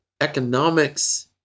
economics